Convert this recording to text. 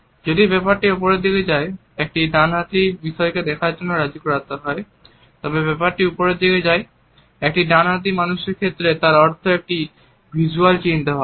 যদি ব্যাপারটি ওপরের দিকে যায় একটি ডানহাতি মানুষের ক্ষেত্রে তার অর্থ এটি একটি ভিজ্যুয়াল চিন্তাভাবনা